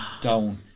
down